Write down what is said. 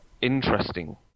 interesting